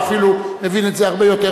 אפילו רותם כבר מבין את זה היום הרבה יותר